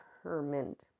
determined